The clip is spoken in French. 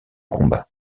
combat